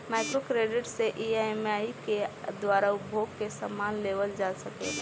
micro credit से EMI के द्वारा उपभोग के समान लेवल जा सकेला